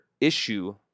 issue